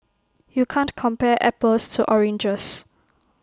you can't compare apples to oranges